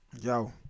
Yo